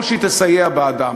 או שהיא תסייע בעדם?